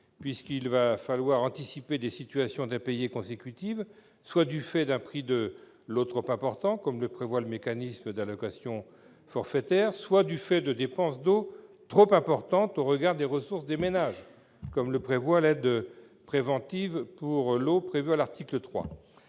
puisqu'il va falloir anticiper des situations d'impayés consécutives, soit à un prix de l'eau trop élevé- comme le prévoit le mécanisme d'allocation forfaitaire d'eau -, soit à des dépenses d'eau trop importantes au regard des ressources des ménages- comme le prévoit l'aide préventive pour l'eau mentionnée à l'article 3.